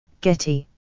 Getty